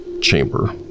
chamber